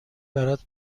برات